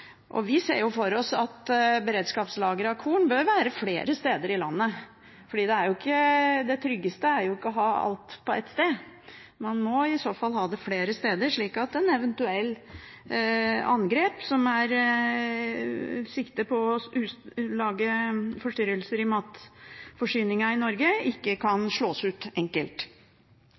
Vi ser for oss at beredskapslageret av korn bør være flere steder i landet, for det tryggeste er jo ikke å ha alt på ett sted. Man må i så fall ha det flere steder, slik at en ved et eventuelt angrep som tar sikte på å lage forstyrrelser i matforsyningen i Norge, ikke kan slås ut enkelt.